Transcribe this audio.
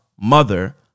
Mother